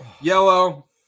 Yellow